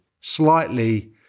slightly